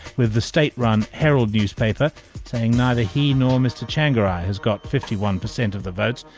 with the state-run herald newspaper saying neither he nor mr tsvangirai has got fifty one percent of the votes,